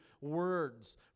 words